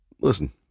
Listen